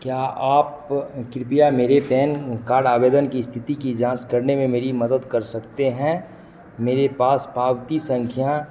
क्या आप कृपया मेरे पैन कार्ड आवेदन की स्थिति की जाँच करने में मेरी मदद कर सकते हैं मेरे पास पावती संख्या